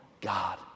god